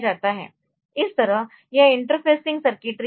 इसतरह यह interfacing circuitry है